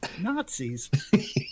Nazis